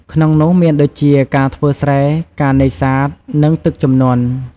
ក្នុងនោះមានដូចជា ការធ្វើស្រែ ការនេសាទ និង ទឹកជំនន់។